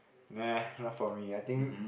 neh not for me I think